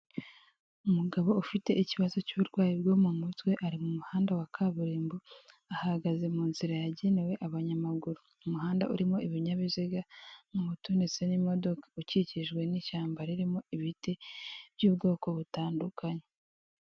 Umugabo ufite ikibazo cy'uburwayi bwo mu mutwe, ari mu muhanda wa kaburimbo ahagaze mu nzira yagenewe abanyamaguru, uyu umuhanda urimo ibinyabiziga, moto ndetse n'imodoka, ukikijwe n'ishyamba ririmo ibiti by'ubwoko butandukanye.